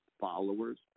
followers